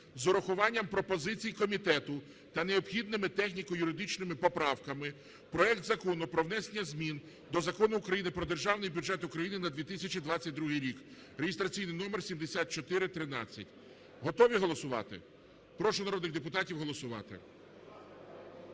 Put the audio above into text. з урахуванням пропозицій комітету та необхідними техніко-юридичними поправками проект Закону про внесення змін до Закону України "Про Державний бюджет України на 2022 рік" (реєстраційний номер 7413). Готові голосувати? Прошу народних депутатів голосувати.